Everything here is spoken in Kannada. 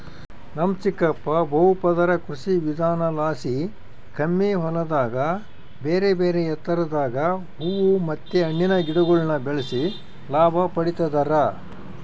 ನಮ್ ಚಿಕ್ಕಪ್ಪ ಬಹುಪದರ ಕೃಷಿವಿಧಾನಲಾಸಿ ಕಮ್ಮಿ ಹೊಲದಾಗ ಬೇರೆಬೇರೆ ಎತ್ತರದಾಗ ಹೂವು ಮತ್ತೆ ಹಣ್ಣಿನ ಗಿಡಗುಳ್ನ ಬೆಳೆಸಿ ಲಾಭ ಪಡಿತದರ